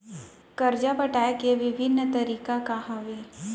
करजा पटाए के विभिन्न तरीका का हवे?